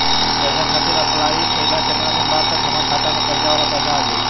कर्जा खातिर अप्लाई कईला के केतना दिन बाद तक हमरा खाता मे कर्जा वाला पैसा आ जायी?